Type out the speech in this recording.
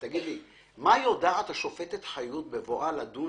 מה יודעת השופטת חיות בבואה לדון